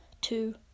Two